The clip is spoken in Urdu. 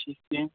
ٹھیک ہے